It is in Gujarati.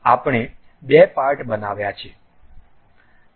તેથી આપણે બે પાર્ટ બનાવ્યા છે